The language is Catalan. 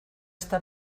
està